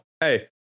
Hey